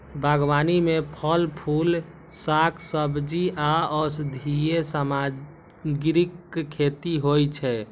बागबानी मे फल, फूल, शाक, सब्जी आ औषधीय सामग्रीक खेती होइ छै